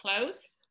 close